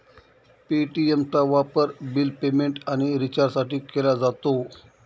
पे.टी.एमचा वापर bill payment आणि रिचार्जसाठी केला जातो